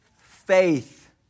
faith